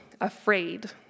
afraid